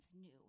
new